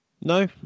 No